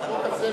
החוק הזה,